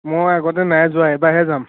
মই আগতে নাই যোৱা এইবাৰহে যাম